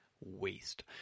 waste